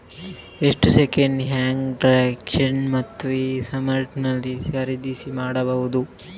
ನಾನು second hand tractor ಅನ್ನು e commerce ನಲ್ಲಿ ಖರೀದಿ ಮಾಡಬಹುದಾ?